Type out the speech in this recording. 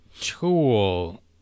tool